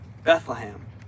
Bethlehem